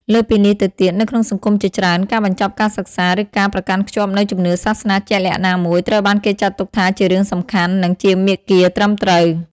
លើសពីនេះទៅទៀត នៅក្នុងសង្គមជាច្រើន ការបញ្ចប់ការសិក្សា ឬការប្រកាន់ខ្ជាប់នូវជំនឿសាសនាជាក់លាក់ណាមួយ ត្រូវបានគេចាត់ទុកថាជារឿងសំខាន់ និងជាមាគ៌ាត្រឹមត្រូវ។